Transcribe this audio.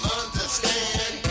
understand